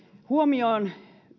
huomioon